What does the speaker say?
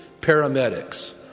paramedics